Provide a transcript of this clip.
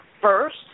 First